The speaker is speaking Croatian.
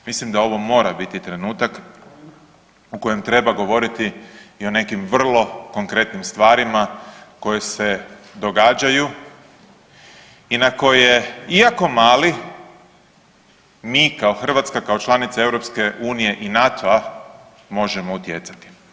Mislim da ovo mora biti trenutak u kojima treba govoriti i o nekim vrlo konkretnim stvarima koje se događaju i na koje iako mali mi kao Hrvatska, kao članica EU i NATO-a možemo utjecati.